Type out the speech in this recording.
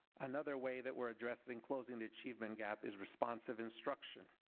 another way that we are addressing closing the achievement gap is responsive instruction.